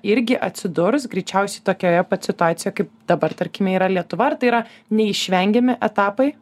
irgi atsidurs greičiausiai tokioje pat situacijo kaip dabar tarkime yra lietuva ar tai yra neišvengiami etapai